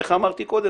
איך אמרתי קודם?